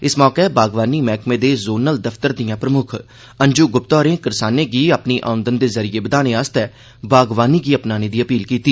इस मौके बागवानी मैहकमे दे जोनल दफ्तर दिआं प्रमुक्ख अंजू गुप्ता होरें करसानें गी अपनी औंदन दे ज़रिये बधाने लेई बागवानी गी अपनाने दी अपील कीती